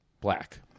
Black